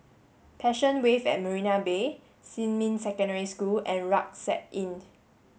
Passion Wave at Marina Bay Xinmin Secondary School and Rucksack Inn